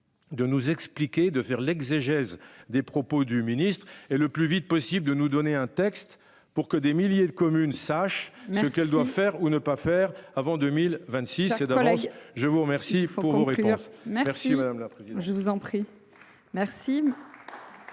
De nous expliquer, de faire l'exégèse des propos du ministre et le plus vite possible de nous donner un texte pour que des milliers de communes sache ce qu'elle doit faire ou ne pas faire avant 2026 dollars. Je vous remercie pour vos réponses. Merci madame la présidente,